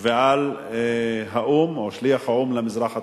ועל שליח האו"ם למזרח התיכון,